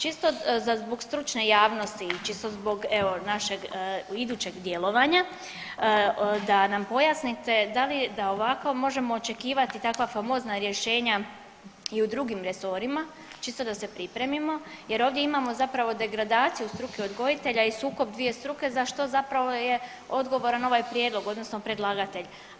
Čisto za zbog stručne javnosti i čisto zbog evo našeg idućeg djelovanja da nam pojasnite da li da ovako možemo očekivati takva famozna rješenja i drugim resorima, čisto da se pripremimo jer ovdje imamo zapravo degradaciju odgojitelja i sukob dvije struke za što je zapravo odgovoran ovaj prijedlog odnosno predlagatelj.